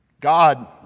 God